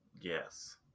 Yes